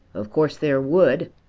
of course there would,